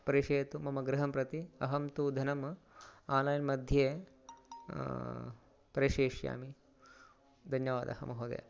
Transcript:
प्रेषयतु मम गृहं प्रति अहं तु धनम् आन्लैन् मध्ये प्रेषयिष्यामि धन्यवादः महोदयः